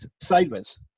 sideways